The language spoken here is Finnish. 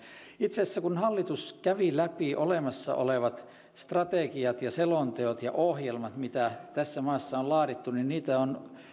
itse asiassa kun hallitus kävi läpi olemassa olevat strategiat ja selonteot ja ohjelmat mitä tässä maassa on laadittu niitä on